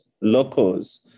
locals